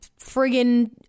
friggin